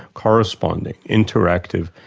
corresponding, interactive,